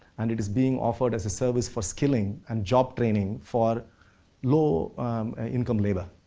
and it is being offered as a service for skilling and job training for low income labor.